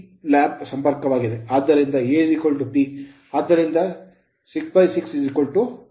ಆದ್ದರಿಂದ A P ಆದ್ದರಿಂದ 6 6 224V